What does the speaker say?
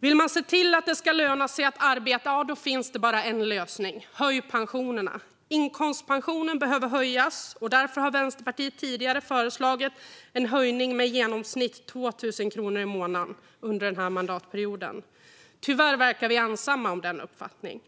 Vill man se till att det ska löna sig att arbeta finns det bara en lösning: Höj pensionerna! Inkomstpensionen behöver höjas, och därför har Vänsterpartiet tidigare föreslagit en höjning med i genomsnitt 2 000 kronor i månaden under denna mandatperiod. Tyvärr verkar vi vara ensamma om den uppfattningen.